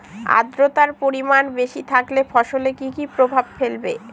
আদ্রর্তার পরিমান বেশি থাকলে ফসলে কি কি প্রভাব ফেলবে?